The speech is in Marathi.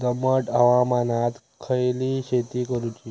दमट हवामानात खयली शेती करूची?